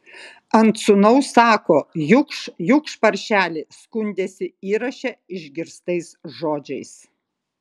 ant sūnaus sako jukš jukš paršeli skundėsi įraše išgirstais žodžiais